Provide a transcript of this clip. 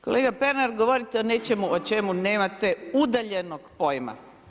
Kolega Pernar govorite o nečemu o čemu nemate udaljenog pojma.